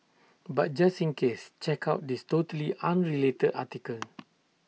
but just in case check out this totally unrelated article